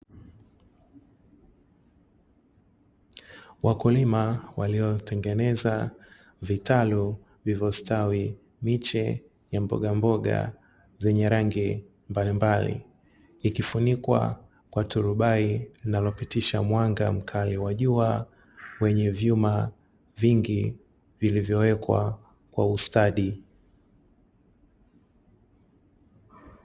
Wakulima waliotengeneza vitalu vilivyostawi miche ya mbogamboga zenye rangi mbalimbali, ikifunikwa kwa turubai linalopitisha mwanga mkali wa jua wenye vyuma vingi vilivyowekwa kwa ustadi.